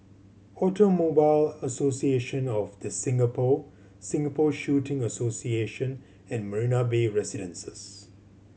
Automobile Association of The Singapore Singapore Shooting Association and Marina Bay Residences